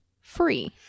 free